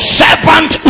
servant